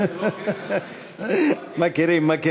מכירים, מכירים.